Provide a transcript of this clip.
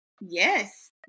Yes